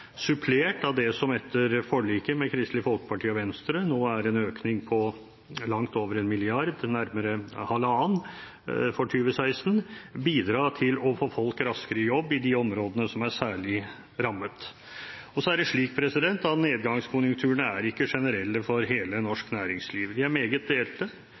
supplert av det som etter forliket med Kristelig Folkeparti og Venstre nå er en økning på langt over 1 mrd. kr – nærmere halvannen – for 2016 bidra til å få folk raskere i jobb i de områdene som er særlig rammet. Så er det slik at nedgangskonjunkturene er ikke generelle for hele det norske næringslivet. De er meget delte.